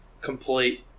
complete